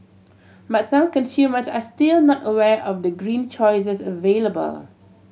but some consumers are still not aware of the green choices available